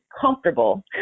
comfortable